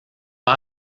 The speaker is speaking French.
pas